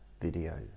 video